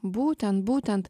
būtent būtent